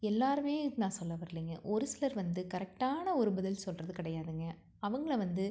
எல்லோருமே நான் சொல்ல வரலைங்க ஒரு சிலர் வந்து கரெக்டான ஒரு பதில் சொல்கிறது கிடையாதுங்க அவங்களை வந்து